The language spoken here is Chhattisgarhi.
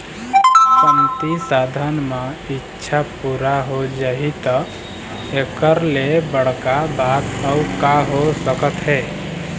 कमती साधन म इच्छा पूरा हो जाही त एखर ले बड़का बात अउ का हो सकत हे